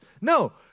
No